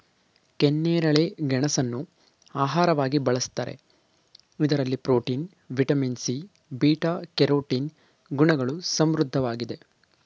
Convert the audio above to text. ಕೆನ್ನೇರಳೆ ಗೆಣಸನ್ನು ಆಹಾರವಾಗಿ ಬಳ್ಸತ್ತರೆ ಇದರಲ್ಲಿ protein, vitamin C, beta carotene ಗುಣಗಳು ಸಮೃದ್ಧವಾಗಿದೆ